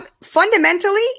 fundamentally